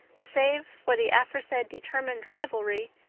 save for the aforesaid determined rivalry,